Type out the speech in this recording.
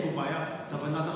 יש פה בעיה בהבנת החומר.